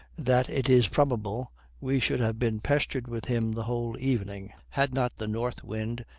that it is probable we should have been pestered with him the whole evening, had not the north wind,